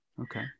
Okay